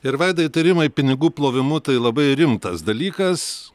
ir vaida įtarimai pinigų plovimu tai labai rimtas dalykas